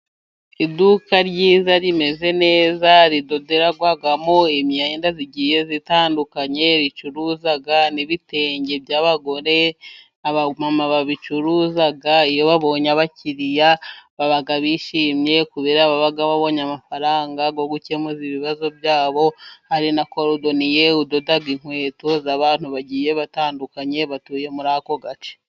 Iduka ryiza rimeze neza, ridoderarwamo imyenda igiye itandukanye. Ricuruza n'ibitenge by'abagore, babicuruza iyo babonye abakiriya, baba bishimye babonye amafaranga yo gukemura ibibazo byabo. Hari na korudoniye udoda inkweto z'abantu bagiye batandukanye, batuye muri ako gace.